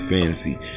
fantasy